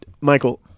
Michael